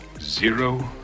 Zero